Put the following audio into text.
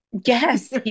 Yes